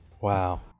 Wow